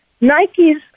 Nike's